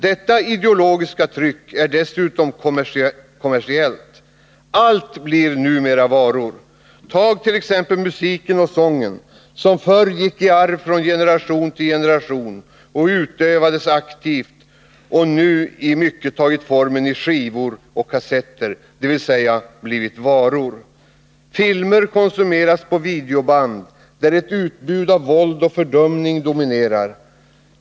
Detta ideologiska tryck är dessutom kommersiellt. Allt blir numera varor. Tag som exempel musiken och sången, som förr gick i arv från generation till generation och utövades aktivt. Den har nu i mycket tagit formen av skivor och kassetter, dvs. blivit varor. Filmer konsumeras genom videoband, där ett utbud av våld och fördumning dominerar.